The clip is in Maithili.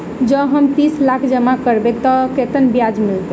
जँ हम तीस लाख जमा करबै तऽ केतना ब्याज मिलतै?